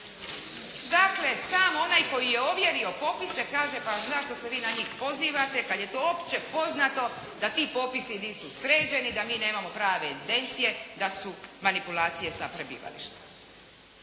Dakle, sam onaj koji je ovjerio popise, pa znaš da se vi na njih pozivate kada je opće poznato da ti popisi nisu sređeni, da mi nemamo prave evidencije, da su manipulacije sa prebivalištem.